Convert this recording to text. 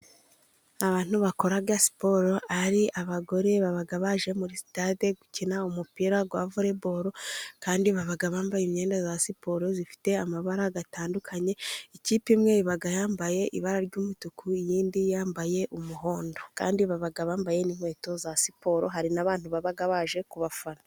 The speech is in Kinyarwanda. Abantu bakora siporo ari abagore, baba baje muri sitade gukina umupira wa vore boro, kandi baba bambaye imyenda ya siporo ifite amabara atandukanye, ikipe imwe iba yambaye ibara ry'umutuku, iyindi yambaye umuhondo kandi baba bambaye n'inkweto za siporo, hari n'abantu baba baje kubafana.